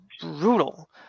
brutal